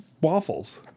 waffles